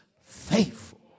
faithful